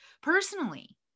personally